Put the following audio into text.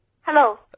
Hello